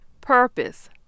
Purpose